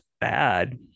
bad